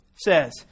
says